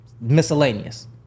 miscellaneous